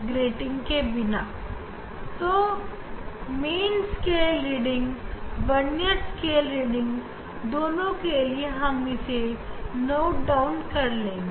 हम रीडिंग के लिए मेन स्केल और वर्नियर स्केल दोनों से नाप कर लिख लेंगे